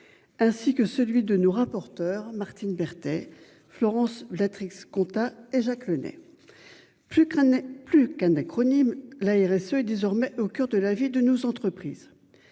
Ainsi que celui de nos rapporteurs Martine Berthet Florence d'. Compta et Jacques Le Nay. Plus Khan n'est plus qu'un acronyme la RSE, est désormais au coeur de la vie de nos entreprises.